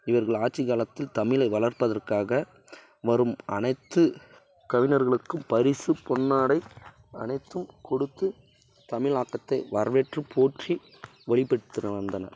இவர்கள் ஆட்சி காலத்தில் தமிழை வளர்ப்பதற்காக வரும் அனைத்து கலைஞர்களுக்கும் பரிசு பொன்னாடை அனைத்தும் கொடுத்து தமிழ் ஆக்கத்தை வரவேற்று போற்றி வெளிப்படுத்தின வந்தனர்